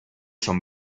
son